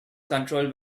controlled